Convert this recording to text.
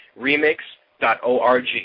remix.org